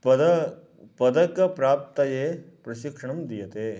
पद पदकप्राप्तये प्रशिक्षणं दीयते